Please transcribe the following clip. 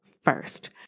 first